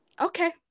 okay